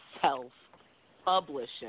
self-publishing